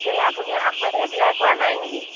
কেলে আপুনি আকৌ এপ্লাই কৰা নাই নেকি